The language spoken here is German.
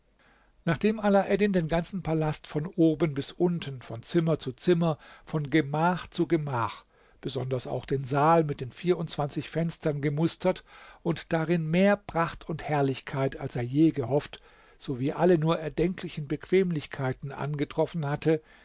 nachdem alaeddin den ganzen palast von oben bis unten von zimmer zu zimmer von gemach zu gemach besonders auch den saal mit den vierundzwanzig fenstern gemustert und darin mehr pracht und herrlichkeit als er je gehofft sowie alle nur erdenklichen bequemlichkeiten angetroffen hatte